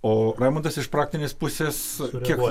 o raimundas iš praktinės pusės kiek